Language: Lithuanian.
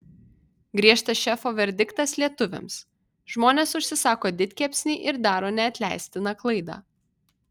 griežtas šefo verdiktas lietuviams žmonės užsisako didkepsnį ir daro neatleistiną klaidą